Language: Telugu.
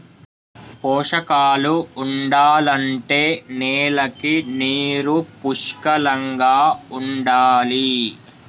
పోషకాలు ఉండాలంటే నేలకి నీరు పుష్కలంగా ఉండాలి